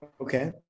Okay